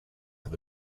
have